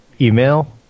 email